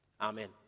Amen